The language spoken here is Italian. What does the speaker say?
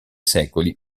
secoli